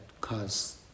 cause